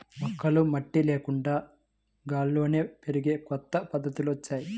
మొక్కలు మట్టి లేకుండా గాల్లోనే పెరిగే కొత్త పద్ధతులొచ్చాయ్